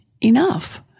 enough